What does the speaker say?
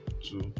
Two